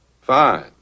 Fine